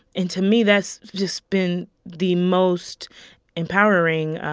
and to me, that's just been the most empowering